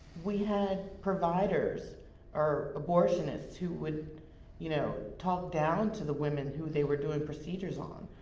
we had providers er, abortionists who would you know talk down to the women who they were doing procedures on.